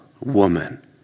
woman